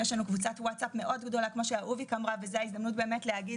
יש לנו קבוצת ווטסאפ מאוד גדולה כמו שאהוביק אמרה וזו ההזדמנות להגיד